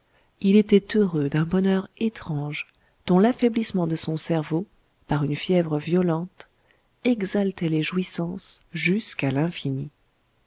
il était heureux d'un bonheur étrange dont l'affaiblissement de son cerveau par une fièvre violente exaltait les jouissances jusqu'à l'infini